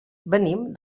venim